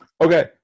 Okay